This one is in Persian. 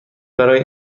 برای